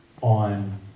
on